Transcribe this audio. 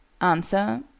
Answer